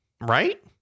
Right